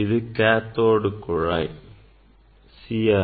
இது கேதோட் கதிர் குழாய் CRT